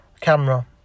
camera